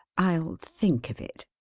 i'll think of it.